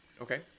Okay